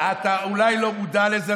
אתה אולי לא מודע לזה,